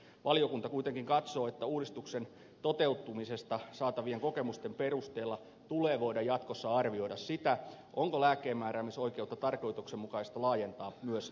valiokunta kuitenkin katsoo että uudistuksen toteutumisesta saatavien kokemusten perusteella tulee voida jatkossa arvioida sitä onko lääkkeenmääräämisoikeutta tarkoituksenmukaista laajentaa myös fysioterapeutteihin